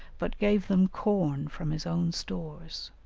but gave them corn from his own stores,